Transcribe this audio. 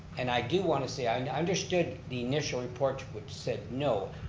and i do want to say, i and understood the initial report which said no,